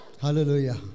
Hallelujah